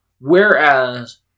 whereas